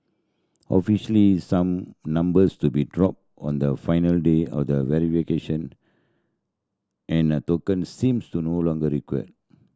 officially some numbers to be drop on the final day all the and a token seems to no longer required